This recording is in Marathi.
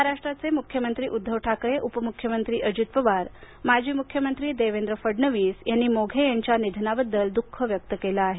महाराष्ट्राचे मुख्यमंत्री उद्घव ठाकरे उपमुख्यमंत्री अजित पवार माजी मुख्यमंत्री देवेंद्र फडणवीस यांनी मोघे यांच्या निधनाबद्दल दुःख व्यक्त केलं आहे